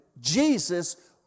Jesus